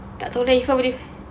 tak it's alright semua ni